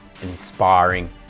inspiring